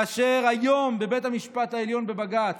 כאשר היום בבית המשפט העליון, בבג"ץ,